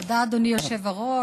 תודה, אדוני היושב-ראש.